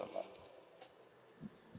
a month